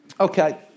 Okay